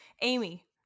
Amy